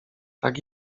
tak